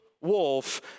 wolf